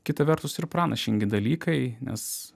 kita vertus ir pranašingi dalykai nes